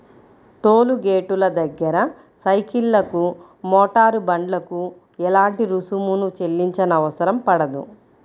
toll గేటుల దగ్గర సైకిళ్లకు, మోటారు బండ్లకు ఎలాంటి రుసుమును చెల్లించనవసరం పడదు